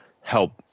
help